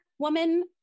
woman